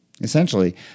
Essentially